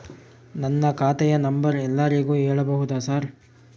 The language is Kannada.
ನನ್ನ ಖಾತೆಯ ನಂಬರ್ ಎಲ್ಲರಿಗೂ ಹೇಳಬಹುದಾ ಸರ್?